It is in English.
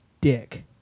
dick